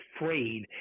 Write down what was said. afraid